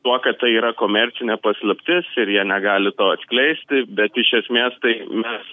tuo kad tai yra komercinė paslaptis ir jie negali to atskleisti bet iš esmės tai mes